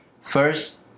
First